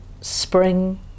spring